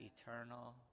eternal